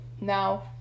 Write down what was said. Now